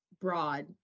broad